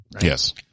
Yes